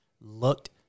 looked